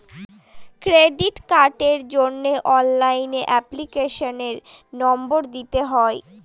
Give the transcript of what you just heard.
credit কার্ডের জন্য অনলাইনে এপ্লিকেশনের নম্বর দিতে হয়